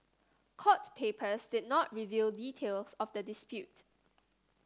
court papers did not reveal details of the dispute